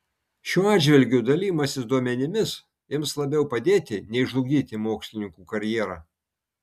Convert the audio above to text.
šiuo atžvilgiu dalijimasis duomenimis ims labiau padėti nei žlugdyti mokslininkų karjerą